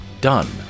Done